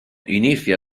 inizia